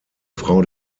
frau